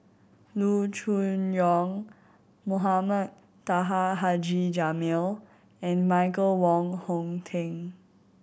Loo Choon Yong Mohamed Taha Haji Jamil and Michael Wong Hong Teng